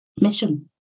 mission